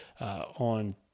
on